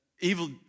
evil